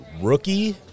rookie